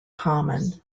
common